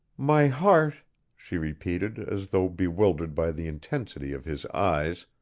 my heart she repeated, as though bewildered by the intensity of his eyes,